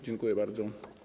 Dziękuję bardzo.